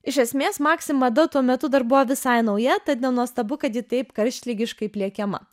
iš esmės maksi mada tuo metu dar buvo visai nauja tad nenuostabu kad ji taip karštligiškai pliekiama